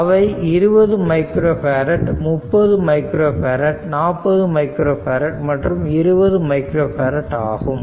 அவை 20 micro farad 30 micro farad 40 micro farad மற்றும் 20 micro farad ஆகும்